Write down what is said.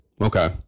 Okay